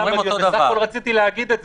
רציתי לומר את זה.